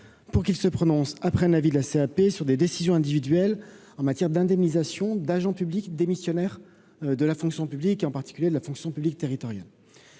pour qu'il se prononce après avis de la CMP sur des décisions individuelles. En matière d'indemnisation d'agents publics, démissionnaire de la fonction publique et en particulier de la fonction publique territoriale